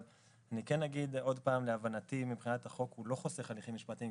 אבל אני כן אגיד עוד פעם: להבנתי החוק לא חוסך הליכים משפטיים,